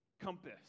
compass